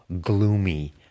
gloomy